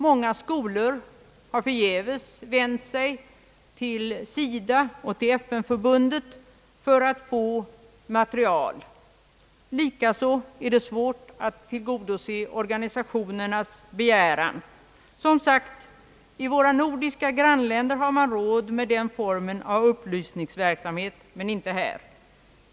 Många skolor har förgäves vänt sig till SIDA och FN-förbundet eller andra fredsföreningar för att få materiel. Likaså är det svårt att tillgodose organisationernas begäran. I våra nordiska grannländer har man som sagt råd med den formen av upplysningsverksamhet men inte här.